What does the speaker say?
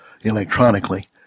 electronically